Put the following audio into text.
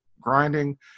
grinding